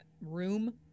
room